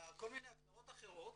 כל מיני הגדרות אחרות